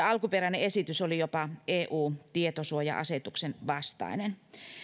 alkuperäinen esitys oli jopa eun tietosuoja asetuksen vastainen